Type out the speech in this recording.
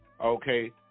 Okay